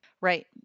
Right